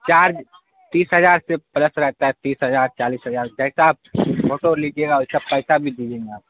charge تیس ہزار سے پلس رہتا ہے تیس ہزار چالیس ہزار جیسا آپ فوٹو لیجیے گا ویسا پیسہ بھی دیجیے گا آپ